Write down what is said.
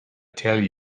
tell